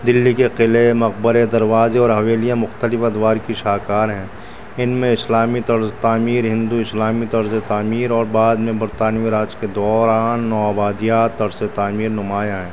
دلی کے قلعے مقبرے دروازے اور حویلیاں مختلف ادوار کی شاہکار ہیں ان میں اسلامی طرز تعمیر ہندو اسلامی طرزِ تعمیر اور بعد میں برطانوی راج کے دوران نوآبادیات طرزِ تعمیر نمایاں ہیں